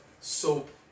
soap